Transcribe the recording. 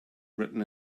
written